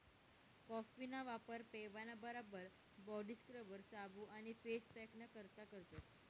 कॉफीना वापर पेवाना बराबर बॉडी स्क्रबर, साबू आणि फेस पॅकना करता करतस